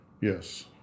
Yes